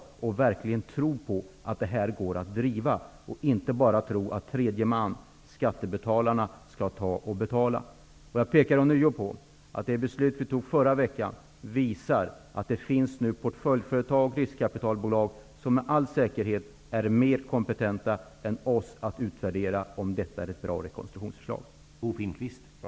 De skall verkligen tro på att det går att driva varvet, inte bara att det är tredje man, dvs. skattebetalarna, som skall betala. Jag pekar ånyo på att beslutet som fattades i förra veckan. Det finns portföljföretag, riskkapitalbolag, som med all säkerhet är mer kompetenta än vi att utvärdera huruvida detta är ett bra rekonstruktionsförslag eller ej.